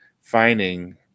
finding